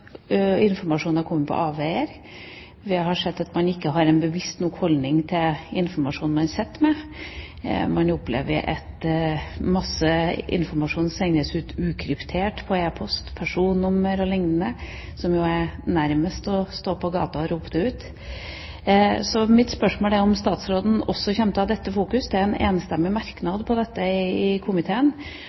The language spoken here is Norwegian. informasjon har kommet på avveier. Vi har sett at man ikke har en bevisst nok holdning til informasjonen man sitter med. Man opplever at masse informasjon sendes ut ukryptert på e-post – personnummer o.l. – som jo nærmest er som å stå på gata og rope det ut. Mitt spørsmål er om statsråden også kommer til å ha fokus på den enstemmige komitémerknaden om dette,